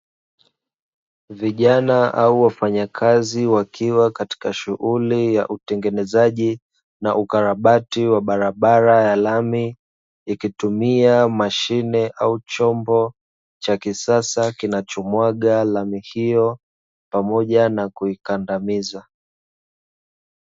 Vijana au wafanyakazi wakiwa katika shughuli ya utengenezaji na ukarabati wa barabara ya lami, ikitumia mashine au chombo cha kisasa kinachomwaga lami hiyo pamoja na kuikandamiza.